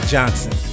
Johnson